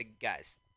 guys